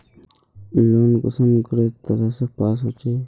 Loan कुंसम करे तरह से पास होचए?